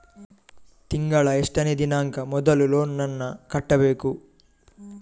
ತಿಂಗಳ ಎಷ್ಟನೇ ದಿನಾಂಕ ಮೊದಲು ಲೋನ್ ನನ್ನ ಕಟ್ಟಬೇಕು?